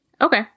Okay